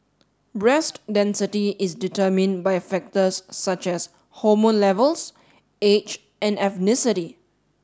breast density is determined by factors such as hormone levels age and ethnicity